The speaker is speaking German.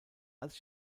als